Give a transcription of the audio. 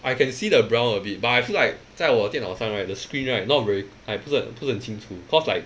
I can see the brown a bit but I feel like 在我电脑上 right the screen right not very like 不是不是很清楚 cause like